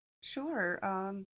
Sure